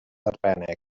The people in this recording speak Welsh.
arbennig